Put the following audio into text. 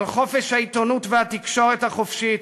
על חופש העיתונות והתקשורת החופשית,